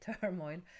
turmoil